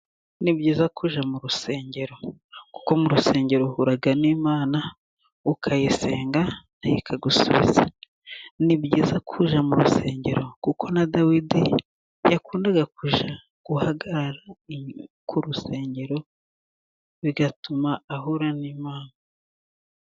Ni byiza kujya ujya mu rusengero, kuko mu rusengero uhura n' Imana ukayisenga nayo ikagusubiza, ni byiza kuza mu rusengero kuko na dawidi yakundaga kujya guhagarara k' urusengero bigatuma ahura n' Imana.